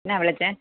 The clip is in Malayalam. എന്നാ വിളിച്ചത്